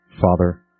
father